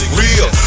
real